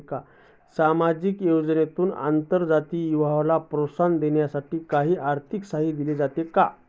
सामाजिक योजनेतून आंतरजातीय विवाहाला प्रोत्साहन देण्यासाठी काही अर्थसहाय्य दिले जाते का?